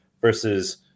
versus